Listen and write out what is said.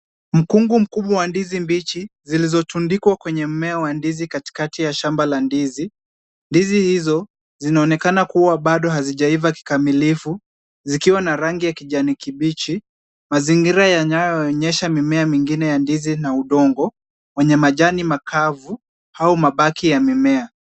Mkungu mkubwa wa ndizi mbichi, zilizotundikwa kwenye mmea wa ndizi kati kati ya shamba la ndizi. Ndizi hizo zinaonekana kuwa bado hazijaiva kikamilifu, zikiwa na rangi ya kijani kibichi. Mazingira yanayoonyesha mimea mingine ya ndizi na udongo wenye majani makavu au mabaki ya mimea.